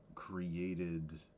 created